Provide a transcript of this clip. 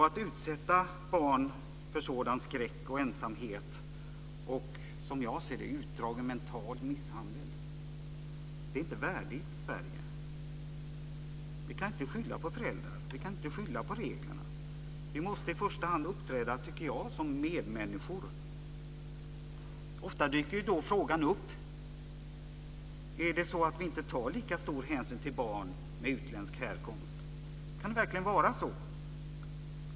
Att utsätta dem för sådan skräck och ensamhet och, som jag ser det, utdragen mental misshandel är inte värdigt Sverige. Vi kan inte skylla på föräldrarna, vi kan inte skylla på reglerna. Vi måste i första hand, tycker jag, uppträda som medmänniskor. Ofta dyker frågan upp: Tar vi inte lika stor hänsyn till barn med utländsk härkomst? Kan det verkligen vara så?